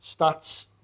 Stats